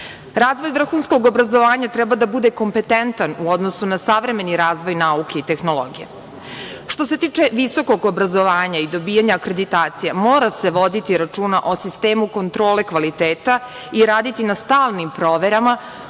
Razvoj vrhunskog obrazovanja treba da bude kompetentan u odnosu na savremeni razvoj nauke i tehnologije. Što se tiče visokog obrazovanja i dobijanja akreditacija, mora se voditi računa o sistemu kontrole kvaliteta i raditi na stalnim proverama